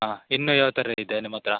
ಹಾಂ ಇನ್ನು ಯಾವ ಥರ ಇದೆ ನಿಮ್ಮತ್ತಿರ